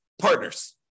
partners